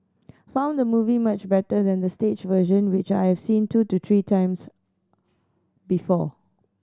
found the movie much better than the stage version which I seen two to three times before